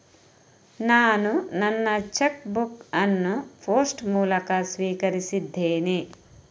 ನಾನು ನನ್ನ cheque book ಅನ್ನು ಪೋಸ್ಟ್ ಮೂಲಕ ಸ್ವೀಕರಿಸಿದ್ದೇನೆ